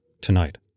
tonight